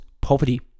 poverty